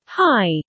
Hi